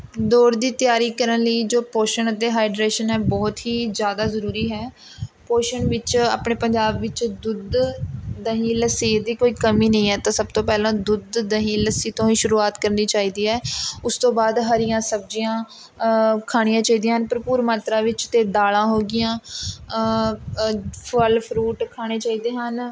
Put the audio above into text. ਦੌੜ ਦੀ ਤਿਆਰੀ ਕਰਨ ਲਈ ਜੋ ਪੋਸ਼ਣ ਅਤੇ ਹਾਈਡਰੇਸ਼ਨ ਹੈ ਬਹੁਤ ਹੀ ਜ਼ਿਆਦਾ ਜ਼ਰੂਰੀ ਹੈ ਪੋਸ਼ਣ ਵਿੱਚ ਆਪਣੇ ਪੰਜਾਬ ਵਿੱਚ ਦੁੱਧ ਦਹੀਂ ਲੱਸੀ ਦੀ ਕੋਈ ਕਮੀ ਨਹੀਂ ਹੈ ਤਾਂ ਸਭ ਤੋਂ ਪਹਿਲਾਂ ਦੁੱਧ ਦਹੀਂ ਲੱਸੀ ਤੋਂ ਹੀ ਸ਼ੁਰੂਆਤ ਕਰਨੀ ਚਾਹੀਦੀ ਹੈ ਉਸ ਤੋਂ ਬਾਅਦ ਹਰੀਆਂ ਸਬਜ਼ੀਆਂ ਖਾਣੀਆਂ ਚਾਹੀਦੀਆਂ ਹਨ ਭਰਪੂਰ ਮਾਤਰਾ ਵਿੱਚ ਅਤੇ ਦਾਲ਼ਾਂ ਹੋ ਗਈਆਂ ਫਲ਼ ਫਰੂਟ ਖਾਣੇ ਚਾਹੀਦੇ ਹਨ